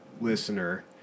listener